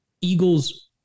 Eagles